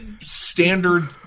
standard